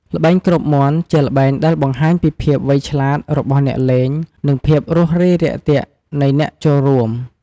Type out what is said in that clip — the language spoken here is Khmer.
ល្បែងគ្របមាន់ជាល្បែងដែលបង្ហាញពី ភាពវៃឆ្លាត របស់អ្នកលេង និង ភាពរួសរាយរាក់ទាក់ នៃអ្នកចូលរួម។